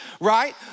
right